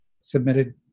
submitted